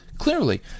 Clearly